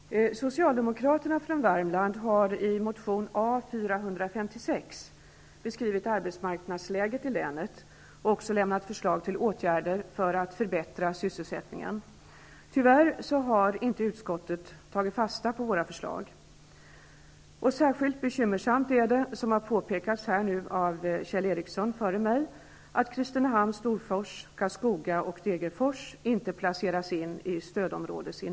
Herr talman! Socialdemokraterna från Värmland har i motion A456 beskrivit arbetsmarknadsläget i länet och också lämnat förslag till åtgärder för att förbättra sysselsättningen. Tyvärr har inte utskottet tagit fasta på våra förslag. Särskilt bekymmersamt är det, som påpekats tidigare av Kjell Ericsson, att Kristinehamn, Storfors, Karlskoga och Degerfors inte placeras in i stödområdet.